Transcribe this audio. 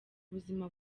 buzima